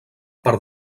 part